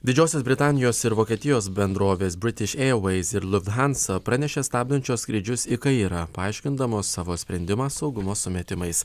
didžiosios britanijos ir vokietijos bendrovės british airways ir lufthansa pranešė stabdančios skrydžius į kairą paaiškindamos savo sprendimą saugumo sumetimais